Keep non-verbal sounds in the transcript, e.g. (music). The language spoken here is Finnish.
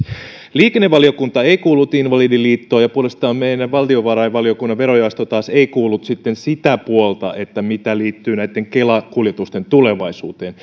liikennevaliokunta ei kuullut invalidiliittoa ja puolestaan meidän valtiovarainvaliokunnan verojaosto taas ei kuullut sitten sitä puolta mitä liittyy näitten kela kuljetusten tulevaisuuteen (unintelligible)